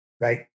Right